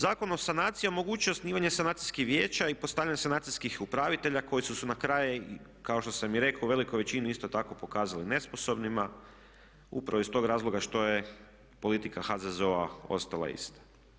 Zakon o sanaciji omogućuje osnivanje sanacijskih vijeća i postavljanje sanacijskih upravitelja koji su se na kraju kao što sam i rekao u velikoj većini isto tako pokazali nesposobnima upravo iz tog razloga što je politika HZZO-a ostala ista.